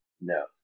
No